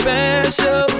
Special